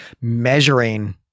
measuring